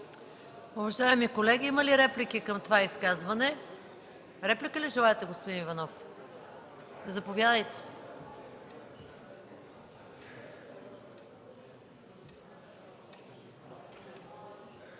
Уважаеми колеги, има ли реплики към това изказване? Реплика ли желаете, господин Иванов? Заповядайте.